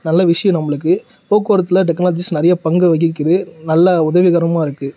நல்ல விஷயம் நம்முளுக்கு போக்குவரத்தில் டெக்னாலஜிஸ் நிறைய பங்கு வகிக்குது நல்ல உதவிகரமாக இருக்குது